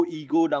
ego